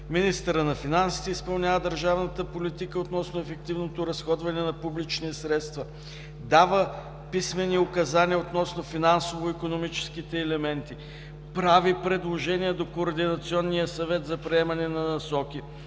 „министърът на финансите изпълнява държавната политика относно ефективното разходване на публични средства; дава писмени указания относно финансово-икономическите елементи; прави предложения до координационния съвет за приемане на насоки,